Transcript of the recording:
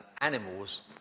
animals